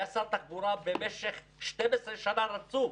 היה שר תחבורה במשך 12 שנה רצוף,